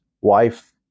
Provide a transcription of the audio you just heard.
wife